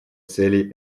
целей